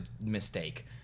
mistake